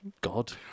God